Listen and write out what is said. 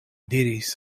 diris